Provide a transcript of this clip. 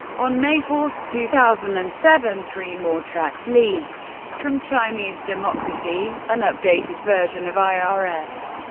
on may four, two thousand and seven, three more tracks leaked from chinese democracy an updated version of i r s,